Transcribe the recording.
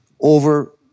over